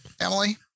Emily